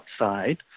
outside